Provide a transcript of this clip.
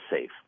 safe